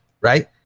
right